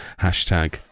hashtag